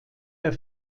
der